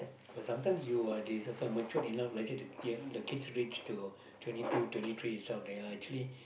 but sometimes you are this let's say matured enough let's say ya the kids reach to twenty two twenty three some of them actually